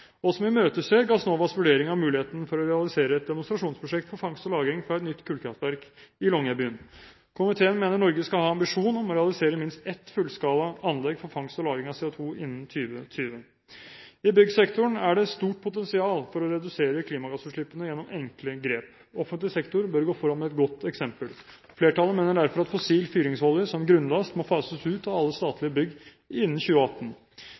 og som imøteser Gassnovas vurdering av muligheten for å realisere et demonstrasjonsprosjekt for fangst og lagring fra et nytt kullkraftverk i Longyearbyen. Komiteen mener Norge skal ha ambisjon om å realisere minst ett fullskalaanlegg for fangst og lagring av CO2 innen 2020. I byggsektoren er det stort potensial for å redusere klimagassutslippene gjennom enkle grep. Offentlig sektor bør gå foran med et godt eksempel. Flertallet mener derfor at fossil fyringsolje som grunnlast må fases ut av alle statlige bygg innen 2018.